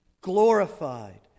glorified